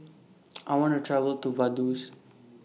I want to travel to Vaduz